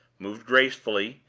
moved gracefully,